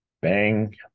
Bang